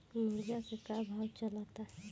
मुर्गा के का भाव चलता?